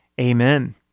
amen